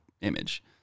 image